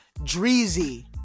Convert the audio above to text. Dreezy